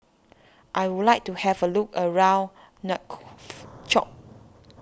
I would like to have a look around Nouakchott